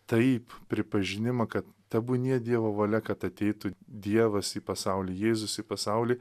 taip pripažinimą ka tebūnie dievo valia kad ateitų dievas į pasaulį jėzus į pasaulį